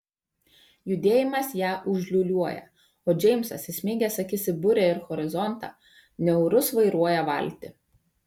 judėjimas ją užliūliuoja o džeimsas įsmeigęs akis į burę ir horizontą niaurus vairuoja valtį